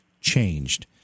changed